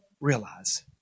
realize